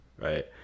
right